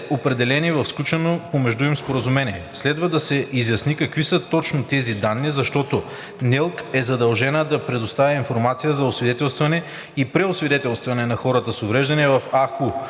определени в сключено помежду им споразумение. Следва да се изясни какви са точно тези данни, защото НЕЛК е задължена да предоставя информация за освидетелстване и преосвидетелстване на хората с увреждания в